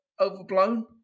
overblown